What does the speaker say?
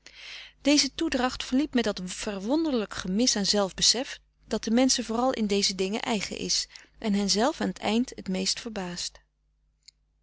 deze toedracht verliep met dat verwonderlijk gemis aan zelfbesef dat den menschen vooral in deze dingen eigen is en henzelf aan t eind het meest verbaast